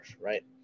right